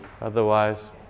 Otherwise